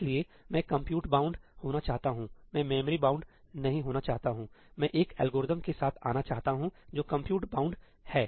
इसलिए मैं compute bound होना चाहता हूं मैं मेमोरी बाउंड नहीं होना चाहता हूंमैं एक एल्गोरिथ्मके साथ आना चाहता हूं जो कम्प्यूट बाउंड है